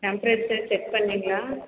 temperature check பண்ணிங்களா